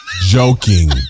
joking